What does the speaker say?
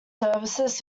services